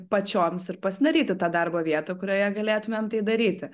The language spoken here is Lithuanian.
pačioms ir pasidaryti tą darbo vietą kurioje galėtumėm tai daryti